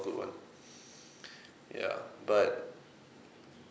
good one ya but